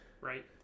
right